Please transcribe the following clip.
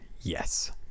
yes